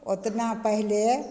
ओतना पहिले